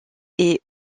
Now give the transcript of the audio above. est